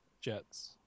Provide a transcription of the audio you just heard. Jets